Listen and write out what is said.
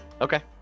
okay